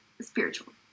spiritual